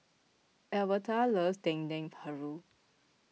Albertha loves Dendeng Paru